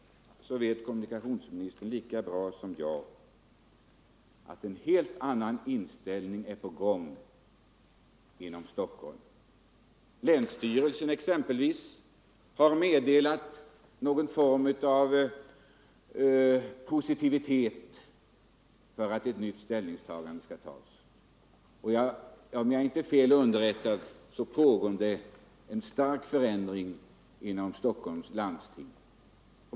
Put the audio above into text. Kommunikationsministern vet också lika bra som jag att en helt annan inställning är på väg inom Stockholm. Länsstyrelsen har exempelvis meddelat att den i viss mån är positiv till ett nytt ställningstagande. Om jag inte är fel underrättad pågår det också en stark förändring inom Stockholms läns landsting.